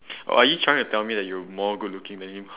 or are you trying to tell me that you more good looking than him